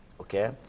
Okay